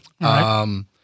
Right